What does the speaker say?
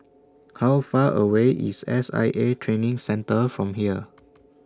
How Far away IS S I A Training Centre from here